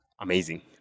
Amazing